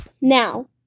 Now